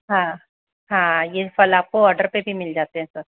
हाँ हाँ यह फल आपको ऑर्डर पर भी मिल जाते हैं सर